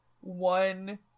one